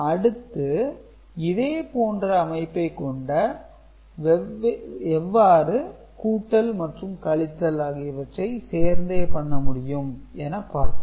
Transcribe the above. அடுத்து இதேபோன்ற அமைப்பைக் கொண்டு எவ்வாறு கூட்டல் மற்றும் கழித்தல் ஆகியவற்றை சேர்ந்தே பண்ண முடியும் என பார்ப்போம்